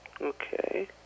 Okay